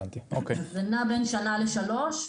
אז זה נע בין שנה לשלוש,